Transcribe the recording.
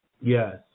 Yes